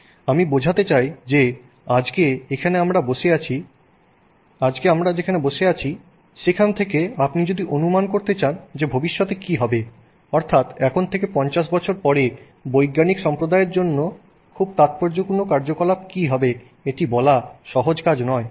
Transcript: আমি বোঝাতে চাই যে আজকে যেখানে আমরা বসে আছি সেখান থেকে আপনি যদি অনুমান করতে চান যে ভবিষ্যতে কি হবে অর্থাৎ এখন থেকে ৫০ বছর পরে বৈজ্ঞানিক সম্প্রদায়ের জন্য খুব তাৎপর্যপূর্ণ কার্যকলাপ কি হবে এটি বলা সহজ কাজ নয়